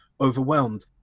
overwhelmed